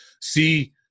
see